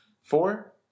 four